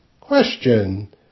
Question